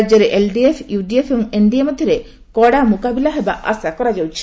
ରାଜ୍ୟରେ LDF UDF ଓ NDA ମଧ୍ୟରେ କଡା ମୁକାବିଲା ହେବା ଆଶା କରାଯାଉଛି